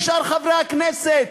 לשאר חברי הכנסת,